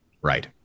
Right